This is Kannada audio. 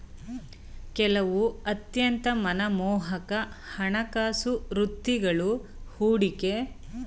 ಕೆಲವು ಅತ್ಯಂತ ಮನಮೋಹಕ ಹಣಕಾಸು ವೃತ್ತಿಗಳು ಹೂಡಿಕೆ ಬ್ಯಾಂಕ್ನಲ್ಲಿವೆ ಎಂದು ಹೇಳಬಹುದು